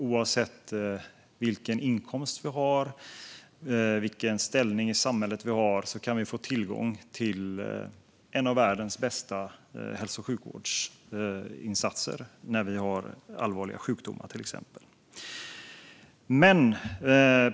Oavsett vilken inkomst och vilken ställning i samhället vi har, kan vi få tillgång till en av världens bästa hälso och sjukvårdsinsatser när vi till exempel har allvarliga sjukdomar.